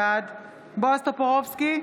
בעד בועז טופורובסקי,